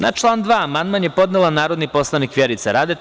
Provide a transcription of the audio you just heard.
Na član 2. amandman je podnela narodni poslanik Vjerica Radeta.